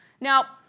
now,